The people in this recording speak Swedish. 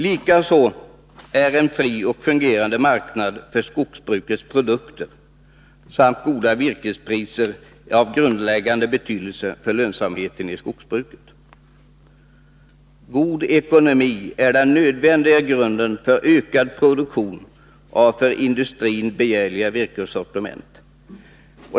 Likaså är en fri och fungerande marknad för skogsbrukets produkter samt goda virkespriser av grundläggande betydelse för lönsamheten i skogsbruket. God ekonomi är den nödvändiga grunden för ökad produktion av för industrin begärliga virkessortiment.